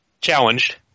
challenged